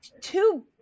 two